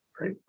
right